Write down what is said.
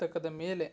ಪುಸ್ತಕದ ಮೇಲೆ